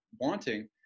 wanting